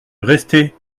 restez